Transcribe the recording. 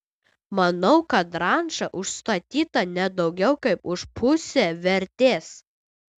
manau kad ranča užstatyta ne daugiau kaip už pusę vertės